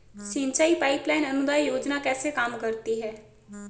सिंचाई pipeline अनुदान योजना कैसे काम करती है?